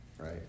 right